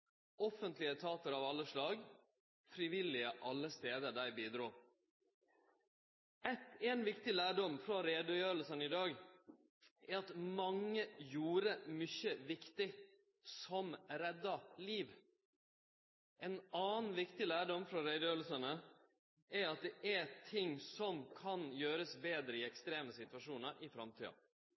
offentlege etatar av alle slag, frivillige, alle stader dei bidrog. Ein viktig lærdom frå utgreiingane i dag er at mange gjorde mykje viktig som redda liv. Ein annan viktig lærdom frå utgreiingane er at det er ting som kan gjerast betre i ekstreme situasjonar i framtida.